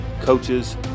coaches